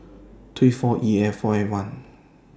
three four E A four A one